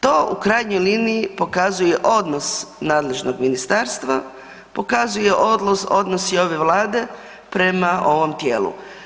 To u krajnjoj liniji pokazuje odnos nadležnog ministarstva, pokazuje odnos i ove Vlade prema ovom tijelu.